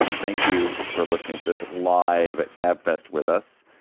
thank you for listening to this live gab fest with us.